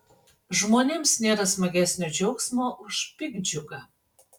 žmonėms nėra smagesnio džiaugsmo už piktdžiugą